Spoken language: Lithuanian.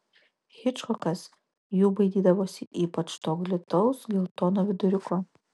hičkokas jų baidydavosi ypač to glitaus geltono viduriuko